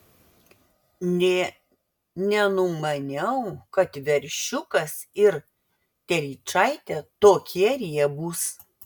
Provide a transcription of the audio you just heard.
nė nenumaniau kad veršiukas ir telyčaitė tokie riebūs